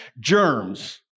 germs